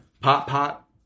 Pop-pop